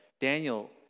Daniel